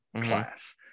class